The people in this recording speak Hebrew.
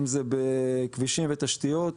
אם זה בכבישים ותשתיות.